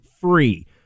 free